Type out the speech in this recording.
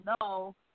no